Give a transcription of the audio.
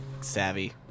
savvy